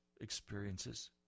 experiences